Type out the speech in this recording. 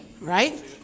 right